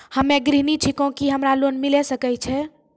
हम्मे गृहिणी छिकौं, की हमरा लोन मिले सकय छै?